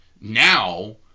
now